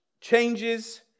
Changes